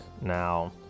Now